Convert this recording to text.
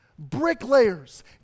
Bricklayers